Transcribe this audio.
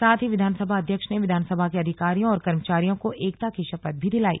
साथ ही विधानसभा अध्यक्ष ने विधानसभा के अधिकारियों और कर्मचारियों को एकता की शपथ भी दिलाई